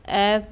F